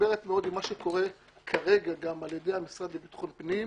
מתחברת מאוד עם מה שקורה כרגע גם על ידי המשרד לביטחון פנים.